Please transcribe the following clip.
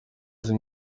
zimwe